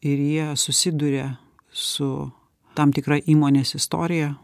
ir jie susiduria su tam tikra įmonės istorija